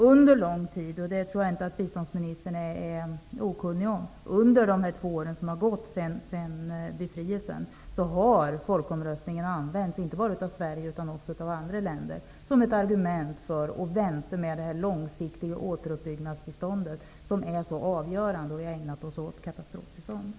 Under de två år som har gått sedan befrielsen har folkomröstningen använts -- inte bara av Sverige utan också av andra länder -- som ett argument för att vänta med det långsiktiga återuppbyggnadsbiståndet, som är så avgörande, och i stället ägna sig åt katastrofbiståndet.